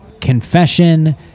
confession